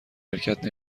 حرکت